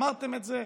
אמרתם את זה,